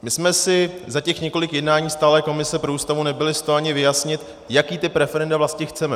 My jsme si za těch několik jednání stálé komise pro Ústavu nebyli s to ani vyjasnit, jaký typ referenda vlastně chceme.